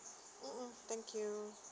mm mm thank you